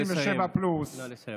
67 פלוס, נא לסיים.